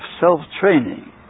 self-training